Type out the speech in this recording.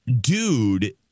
dude